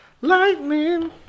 Lightning